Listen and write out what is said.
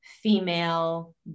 female